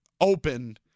open